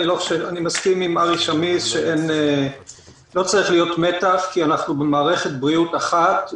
אני מסכים עם ארי שמיס שלא צריך להיות מתח כי אנחנו במערכת בריאות אחת,